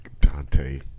Dante